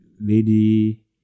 lady